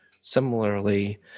Similarly